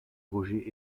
roger